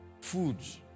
foods